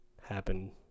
happen